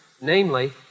Namely